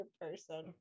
person